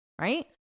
Right